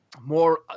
More